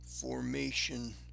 formation